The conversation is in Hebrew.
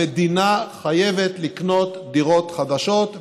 המדינה חייבת לקנות דירות חדשות,